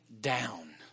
down